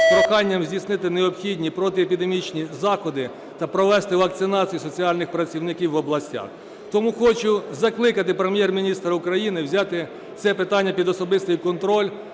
з проханням здійснити необхідні протиепідемічні заходи та провести вакцинацію соціальних працівників в областях. Тому хочу закликати Прем'єр-міністра України взяти це питання під особистий контроль,